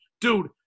Dude